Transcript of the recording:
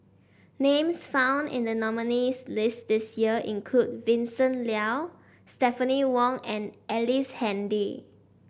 names found in the nominees' list this year include Vincent Leow Stephanie Wong and Ellice Handy